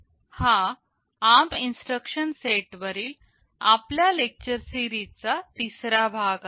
हा ARM instruction set वरील आपल्या लेक्चर सिरीजचा तिसरा भाग आहे